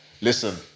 listen